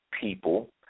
people